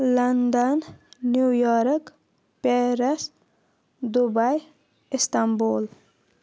London New York Paris Dubai Istanbul